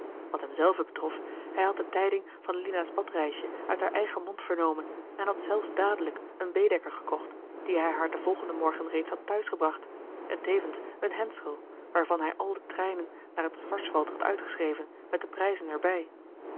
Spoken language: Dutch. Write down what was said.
wat hem zelven betrof hij had de tijding van lina's badreisje uit haar eigen mond vernomen en hij had zelfs dadelijk een baedeker gekocht dien hij haar den volgenden morgen reeds had t huis gebracht en tevens een hendschel waarvan hij al de treinen naar het schwarzwald had uitgeschreven met de prijzen er